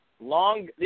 long –